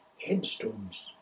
headstones